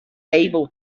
able